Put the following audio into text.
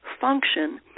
function